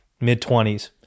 mid-20s